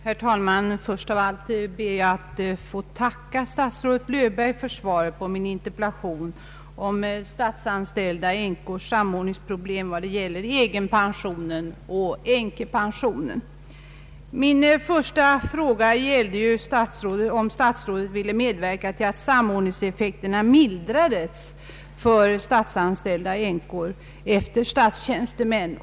Herr talman! Först av allt ber jag att få tacka statsrådet Löfberg för svaret på min interpellation om statsanställda — änkors <samordningsproblem Min första fråga var ju om statsrådet ville medverka till att samordningseffekterna mildras för statsanställda änkor efter statstjänstemän.